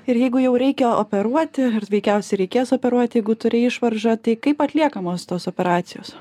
ir jeigu jau reikia operuoti ar veikiausiai reikės operuoti jeigu turi išvaržą tai kaip atliekamos tos operacijos